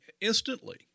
instantly